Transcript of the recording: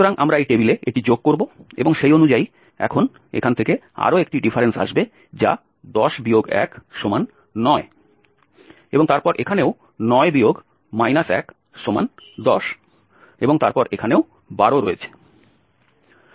সুতরাং আমরা এই টেবিলে এটি যোগ করব এবং সেই অনুযায়ী এখন এখান থেকে আরও একটি ডিফারেন্স আসবে যা 10 1 9 এবং তারপর এখানেও 9 10 এবং তারপর এখানেও 12 রয়েছে